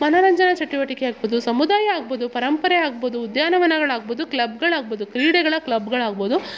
ಮನೋರಂಜನ ಚಟುವಟಿಕೆ ಆಗ್ಬೋದು ಸಮುದಾಯ ಆಗ್ಬೋದು ಪರಂಪರೆ ಆಗ್ಬೋದು ಉದ್ಯಾನವನಗಳಾಗ್ಬೋದು ಕ್ಲಬ್ಗಳು ಆಗ್ಬೋದು ಕ್ರೀಡೆಗಳ ಕ್ಲಬ್ಗಳು ಆಗ್ಬೋದು